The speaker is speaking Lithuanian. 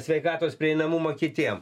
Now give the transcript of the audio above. sveikatos prieinamumą kitiem